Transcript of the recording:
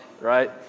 right